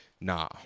nah